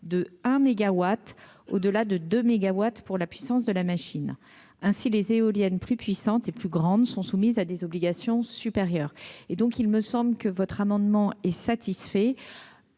de 1 mégawatt au-delà de 2 mégawatts pour la puissance de la machine ainsi les éoliennes plus puissante et plus grande sont soumises à des obligations supérieur et donc il me semble que votre amendement est satisfait